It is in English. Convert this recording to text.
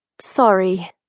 Sorry